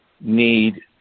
need